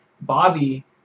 Bobby